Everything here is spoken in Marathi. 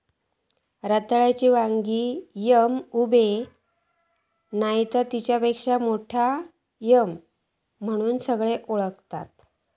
रताळ्याक वांगी याम, उबे नायतर तेच्यापेक्षा मोठो याम म्हणान सगळे ओळखतत